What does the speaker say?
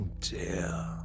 dear